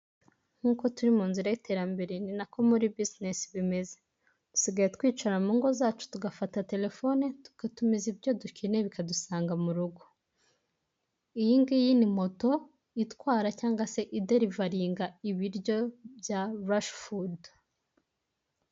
Nk'uko turi mu nzira y'iterambere ni nako muri buzinesi bimeze dusigaye twicara mu ngo zacu tugafata telefone tugatumiza ibyo dukeneye bikadusanga mu rugo iyi ngiyi ni moto itwara cyangwa se iderivaringa ibiryo bya rashifudu